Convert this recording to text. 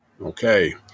Okay